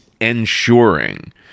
ensuring